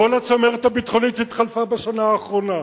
כל הצמרת הביטחונית התחלפה בשנה האחרונה.